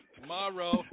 Tomorrow